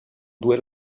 due